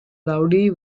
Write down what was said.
rowdy